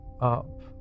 up